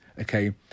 okay